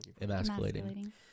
emasculating